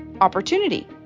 opportunity